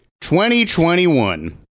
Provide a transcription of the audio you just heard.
2021